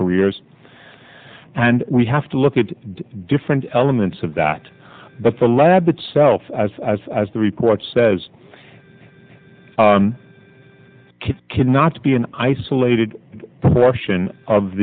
careers and we have to look at different elements of that but the lab itself as as as the report says cannot be an isolated portion of